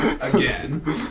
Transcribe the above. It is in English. again